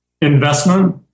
Investment